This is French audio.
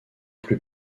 plus